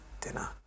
dinner